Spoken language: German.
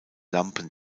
lampen